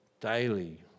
daily